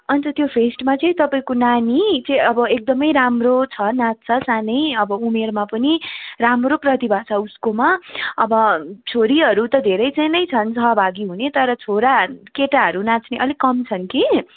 अन्त त्यो फेस्टमा चाहिँ तपाईँको नानी चाहिँं अब एकदमै राम्रो छ नाच्छ सानै अब उमेरमा पनि राम्रो प्रतिभा छ उसकोमा अब छोरीहरू त धेरै सानै छन् सहभागी हुने तर छोराहरू केटाहरू नाच्ने अलिक कम छन् कि